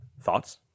Thoughts